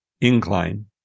incline